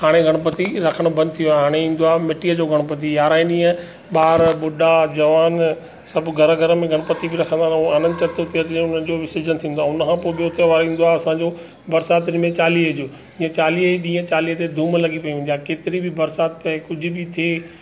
हाणे गणपति रखणु बंदि थी वियो आहे हाणे ईंदो आहे मिटी जो गणपति यारहं ई ॾींहुं ॿारु ॿुढा जवान सभु घर घर में गणपति बि रखंदा ऐं आनंद चतुर्थीअ ते उन्हनि जो विसर्जन थींदो आहे उनखां पोइ ॿियो त्योहार ईंदो आहे असांजो बरिसातरी में चालीहे जो जीअं चालीहे ई ॾींहुं चालीही ते धूम लॻी पई हूंदी आहे केतिरी बि बरसाति पई कुझु बि थिए